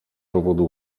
powodu